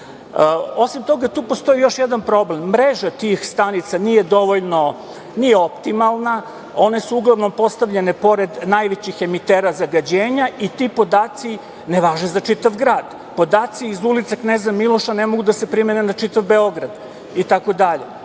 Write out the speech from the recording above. toga, tu postoji još jedan problem, mreža tih stanica nije dovoljno optimalna, one su uglavnom postavljene pored najvećih emitera zagađenja i ti podaci ne važe za čitav grad. Podaci iz ulica Kneza Miloša ne mogu da se primene na čitav Beograd itd, zato